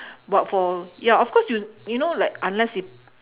but for ya of course y~ you know like unless it